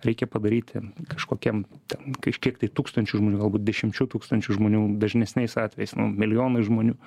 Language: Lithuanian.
reikia padaryti kažkokiem ten kažkiek tai tūkstančių žmonių galbūt dešimčių tūkstančių žmonių dažnesniais atvejais nu milijonai žmonių